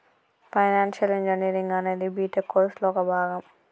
financial engineering అనేది BTech కోర్సులో ఒక భాగం